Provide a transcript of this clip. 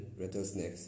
rattlesnakes